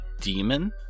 Demon